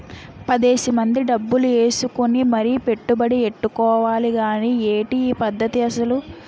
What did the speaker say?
పదేసి మంది డబ్బులు ఏసుకుని మరీ పెట్టుబడి ఎట్టుకోవాలి గానీ ఏటి ఈ పద్దతి అసలు?